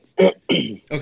Okay